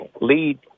lead